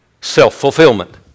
self-fulfillment